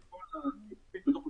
אנחנו פועלים לזהות אותם,